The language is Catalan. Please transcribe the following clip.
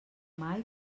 mai